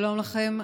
שלום לכם.